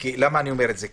למה אני אומר את זה?